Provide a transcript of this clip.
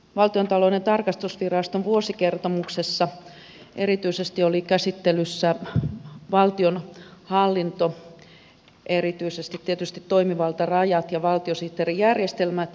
valtiontalouden tarkastusviraston vuosikertomuksessa oli erityisesti käsittelyssä valtionhallinto erityisesti tietysti toimivaltarajat ja valtiosihteerijärjestelmä